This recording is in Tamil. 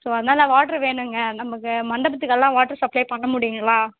ஸோ அதனாலலே வாட்ரு வேணுங்க நமக்கு மண்டபத்துக்கெல்லாம் வாட்ரு சப்ளை பண்ண முடியுங்களா